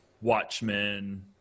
Watchmen